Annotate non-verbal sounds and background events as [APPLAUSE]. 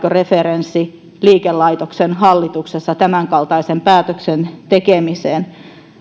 [UNINTELLIGIBLE] referenssi liikelaitoksen hallituksessa tämänkaltaisen päätöksen tekemiseen